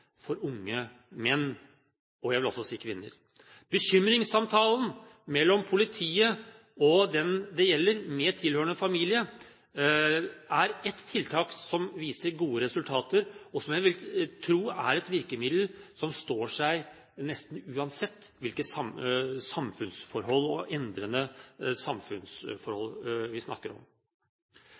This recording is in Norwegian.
for unge menn og, jeg vil også si, kvinner. Bekymringssamtalen mellom politiet og den det gjelder med tilhørende familie, er et tiltak som viser gode resultater, og som jeg vil tro er et virkemiddel som står seg nesten uansett hvilke samfunnsforhold og endrede samfunnsforhold vi snakker om.